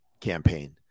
campaign